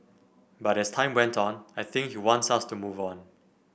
but as time went on I think he wants us to move on